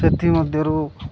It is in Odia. ସେଥିମଧ୍ୟରୁ